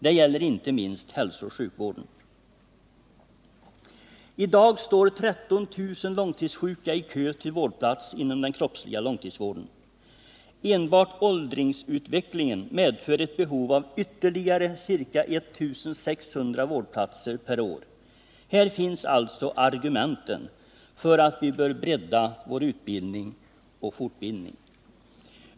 Det gäller inte minst hälsooch sjukvården. I dag står 13 000 långtidssjuka i kö för vårdplats inom den kroppsliga långtidsvården. Enbart åldringsutvecklingen medför ett behov av ytterligare ca 1 600 vårdplatser per år. Här finns alltså argumenten för att vi bör bredda vår utbildning och fortbildning.